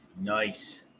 nice